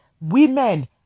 Women